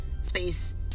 space